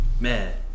Man